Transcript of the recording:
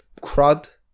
crud